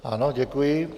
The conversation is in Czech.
Ano, děkuji.